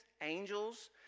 angels